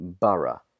borough